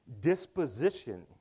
disposition